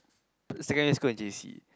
secondary school and j_c